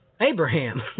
Abraham